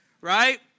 right